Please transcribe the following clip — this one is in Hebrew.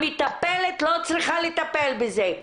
המטפלת לא צריכה לטפל בזה.